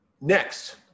next